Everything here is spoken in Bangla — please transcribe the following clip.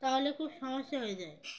তাহলে খুব সমস্যা হয়ে যায়